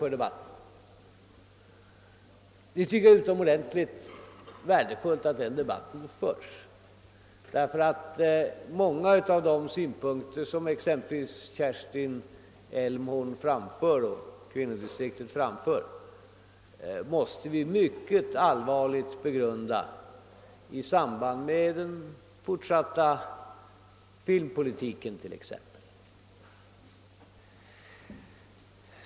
Jag tycker det är utomordentligt värdefullt att den debatten förs; många av de synpunkter som Kerstin Elmhorn och kvinnodistriktet framför måste vi mycket allvarligt begrunda i samband med t.ex. den fortsatta filmpolitiken.